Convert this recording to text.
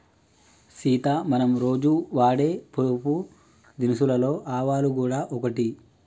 సీత మనం రోజు వాడే పోపు దినుసులలో ఆవాలు గూడ ఒకటి